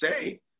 say –